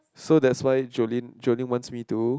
so that's why Julin Julin wants me to